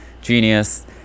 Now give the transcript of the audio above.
genius